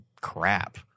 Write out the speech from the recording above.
crap